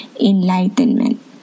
enlightenment